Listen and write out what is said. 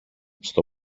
στο